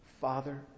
Father